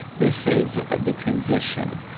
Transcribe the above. this is the transition,